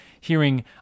hearing